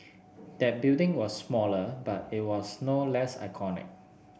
that building was smaller but it was no less iconic